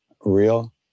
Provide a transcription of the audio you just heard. real